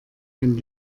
ein